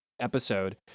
episode